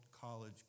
college